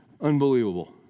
Unbelievable